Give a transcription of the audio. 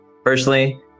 Personally